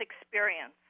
experience